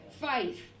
faith